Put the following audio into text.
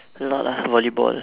a lot ah volleyball